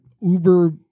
uber